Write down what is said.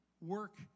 work